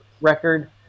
record